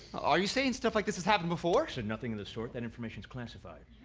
are you saying stuff like this has happened before? said nothing in this sort that information is classified.